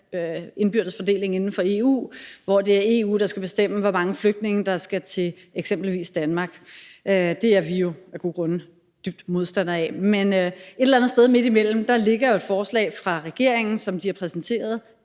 indbyrdes fordeling inden for EU, hvor det er EU, der skal bestemme, hvor mange flygtninge der skal til eksempelvis Danmark. Det er vi jo af gode grunde dybt modstandere af. Men et eller andet sted midtimellem ligger der jo et forslag fra regeringen, som de præsenterede